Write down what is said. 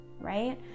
right